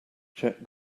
check